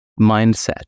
mindset